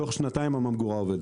תוך שנתיים הממגורה עובדת.